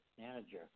manager